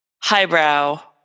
highbrow